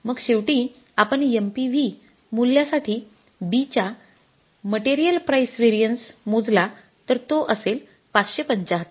मग शेवटी आपण MPV मूल्यासाठी B च्या या मटेरियल प्राईस व्हेरिएन्स मोजला तर तो असेल ५७५